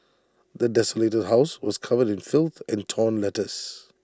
the desolated house was covered in filth and torn letters